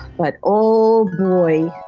but, oh boy.